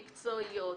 מקצועיות,